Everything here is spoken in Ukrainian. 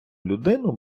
людину